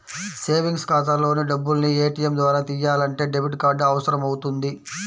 savings ఖాతాలోని డబ్బుల్ని ATM ద్వారా తియ్యాలంటే డెబిట్ కార్డు అవసరమవుతుంది